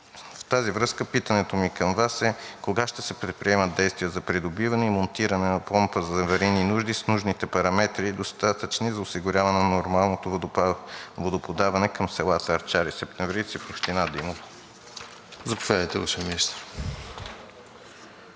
В тази връзка питането ми към Вас е: кога ще се предприемат действия за придобиване и монтиране на помпа за аварийни нужди с нужните параметри, достатъчни за осигуряване на нормалното подаване към селата Арчар и Септемврийци в община Димово? ПРЕДСЕДАТЕЛ